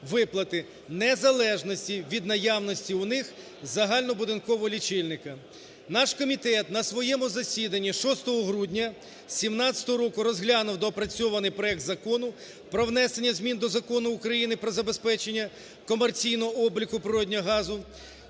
виплати в незалежності від наявності у них загальнобудинкового лічильника. Наш комітет на своєму засіданні 6 грудня 2017 року розглянув доопрацьований проект Закону про внесення змін до Закону України "Про забезпечення комерційного обліку природного газу"